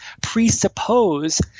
presuppose